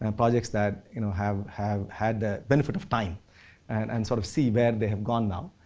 and projects that you know have have had the benefit of time and and sort of see where they have gone now.